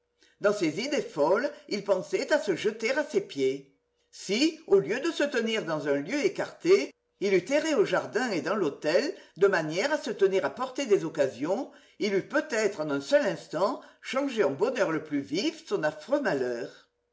dans ses idées folles il pensait à se jeter à ses pieds si au lieu de se tenir dans un lieu écarté il eût erré au jardin et dans l'hôtel de manière à se tenir à portée des occasions il eût peut-être en un seul instant changé en bonheur le plus vif son affreux malheur